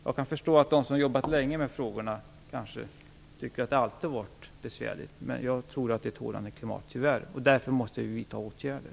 Jag kan förstå att de som jobbat länge med de här frågorna kanske tycker att det alltid har varit besvärligt, men jag tror att klimatet hårdnar, tyvärr. Därför måste vi vidta åtgärder.